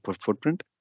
footprint